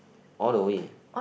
all the way